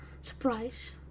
surprise